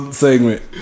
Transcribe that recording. segment